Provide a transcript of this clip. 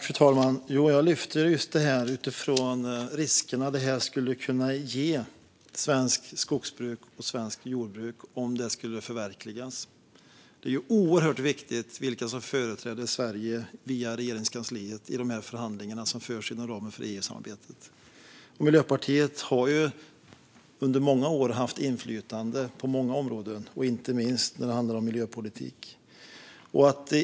Fru talman! Jag lyfte fram det här utifrån riskerna det skulle kunna medföra för svenskt skogsbruk och svenskt jordbruk om detta skulle förverkligas. Det är oerhört viktigt vilka som företräder Sverige via Regeringskansliet i de förhandlingar som förs inom ramen för EU-samarbetet. Miljöpartiet har under många år haft inflytande på många områden, inte minst när det handlar om miljöpolitik.